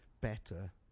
better